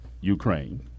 Ukraine